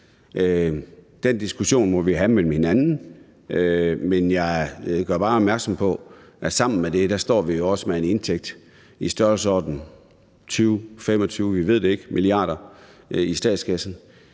Den diskussion må vi have med hinanden, men jeg gør bare opmærksom på, at sammen med det står vi også med en indtægt i størrelsesordenen 20-25 mia. kr. – vi ved det ikke – i statskassen,